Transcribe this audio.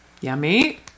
Yummy